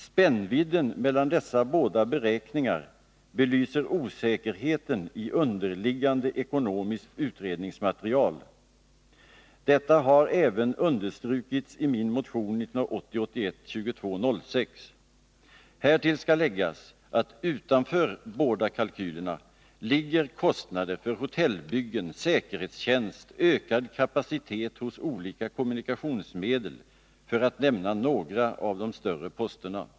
Spännvidden mellan dessa båda beräkningar belyser osäkerheten i underliggande ekonomiskt utredningsmaterial. Detta har även understrukits i min motion 1980/81:2206. Härtill skall läggas att utanför båda kalkylerna ligger kostnader för hotellbyggen, säkerhetstjänst och ökad kapacitet hos olika kommunikationsmedel, för att nämna några av de större posterna.